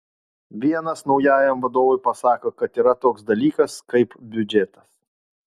vienas naujajam vadovui pasako kad yra toks dalykas kaip biudžetas